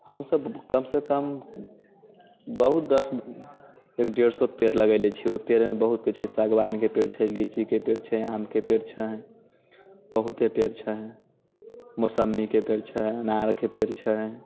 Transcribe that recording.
हमसब कम सँ कम बहुत दस एक डेढ़ सओ पेड़ लगेने छियै ओइ पेड़मे बहुत कोइके छै सागवानके पेड़ छै लीचीके पेड़ छै आमके पेड़ छै बहुते पेड़ छै मौसम्मीके पेड़ छै अनारके पेड़ छै